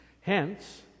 Hence